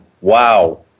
Wow